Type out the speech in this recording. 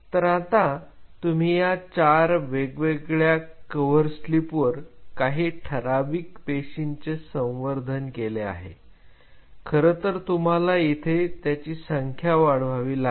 तर आता तुम्ही चार वेगवेगळ्या कव्हर स्लिप वर काही ठराविक पेशींचे संवर्धन केले आहे खरंतर तुम्हाला इथे त्याची संख्या वाढवावी लागेल